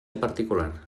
particular